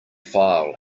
file